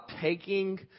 taking